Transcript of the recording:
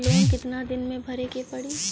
Loan कितना दिन मे भरे के पड़ी?